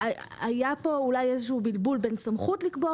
היה פה אולי איזשהו בלבול בין סמכות לקבוע